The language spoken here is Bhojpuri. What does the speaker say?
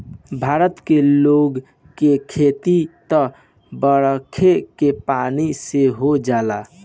भारत के लोग के खेती त बरखे के पानी से हो जाला